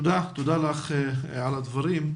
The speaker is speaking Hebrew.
תודה לך על הדברים.